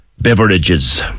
Beverages